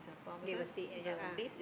they will stay yeah a'ah